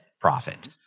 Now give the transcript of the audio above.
profit